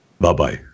Bye-bye